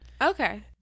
Okay